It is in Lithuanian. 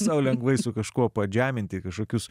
sau lengvai su kažkuo pažeminti kažkokius